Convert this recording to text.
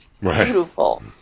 beautiful